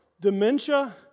dementia